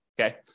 Okay